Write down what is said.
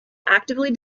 actively